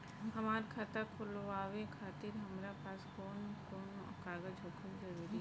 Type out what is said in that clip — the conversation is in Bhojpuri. हमार खाता खोलवावे खातिर हमरा पास कऊन कऊन कागज होखल जरूरी बा?